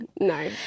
No